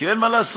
כי אין מה לעשות,